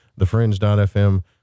thefringe.fm